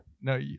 No